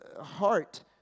heart